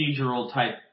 procedural-type